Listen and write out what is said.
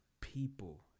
people